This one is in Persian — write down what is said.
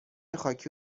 خاکی